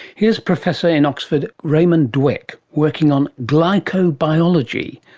here is professor in oxford, raymond dwek, working on glycobiology.